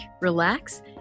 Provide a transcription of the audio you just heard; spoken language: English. relax